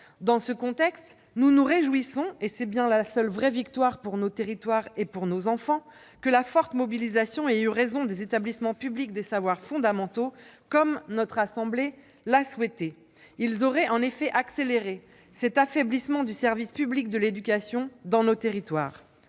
Dans ce contexte, nous nous réjouissons, et c'est bien là la seule vraie victoire pour nos territoires et nos enfants, que la forte mobilisation ait eu raison des établissements publics des savoirs fondamentaux, comme notre assemblée l'a souhaité. Ces derniers auraient effectivement accéléré cet affaiblissement du service public de l'éducation dans nos territoires.